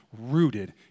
rooted